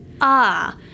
Ah